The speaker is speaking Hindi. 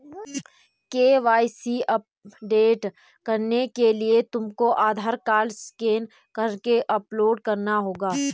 के.वाई.सी अपडेट करने के लिए तुमको आधार कार्ड स्कैन करके अपलोड करना होगा